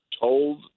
told